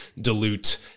dilute